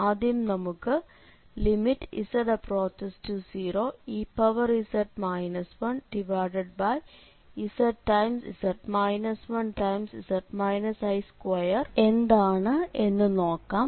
ആദ്യം നമുക്ക് z→0⁡ez 1zz 1z i2 എന്താണ് എന്ന് നോക്കാം